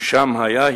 שם היה.